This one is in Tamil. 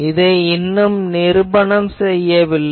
இதை இன்னும் நிருபணம் செய்யவில்லை